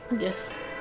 Yes